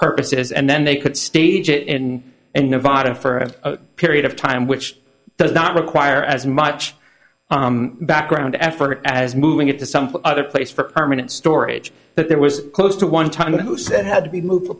purposes and then they could stage it in and nevada for a period of time which does not require as much background effort as moving it to some other place for permanent storage but there was close to one time who said had to be move